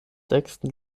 sechsten